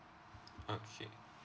okay